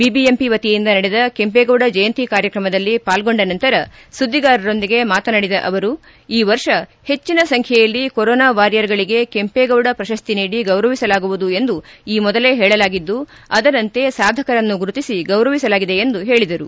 BBMP ವತಿಯಿಂದ ನಡೆದ ಕೆಂಪೇಗೌಡ ಜಯಂತಿ ಕಾರ್ಯಕ್ರಮದಲ್ಲಿ ಪಾಲ್ಗೊಂಡ ನಂತರ ಸುಧ್ಗಿಗಾರರೊಂದಿಗೆ ಮಾತನಾಡಿದ ಅವರು ಈ ವರ್ಷ ಹೆಚ್ಚಿನ ಸಂಖ್ಯೆಯಲ್ಲಿ ಕೊರೋನಾ ವಾರಿಯರ್ಗಳಿಗೆ ಕೆಂಪೇಗೌಡ ಪ್ರಶಸ್ತಿ ನೀಡಿ ಗೌರವಿಸಲಾಗುವುದು ಎಂದು ಈ ಮೊದಲೇ ಹೇಳಲಾಗಿದ್ದು ಅದರಂತೆ ಸಾಧಕರನ್ನು ಗುರುತಿಸಿ ಗೌರವಿಸಲಾಗಿದೆ ಎಂದು ಹೇಳಿದರು